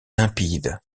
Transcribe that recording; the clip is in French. limpide